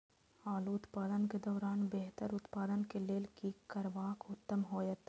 आलू उत्पादन के दौरान बेहतर उत्पादन के लेल की करबाक उत्तम होयत?